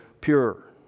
pure